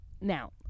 Now